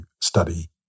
study